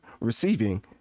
receiving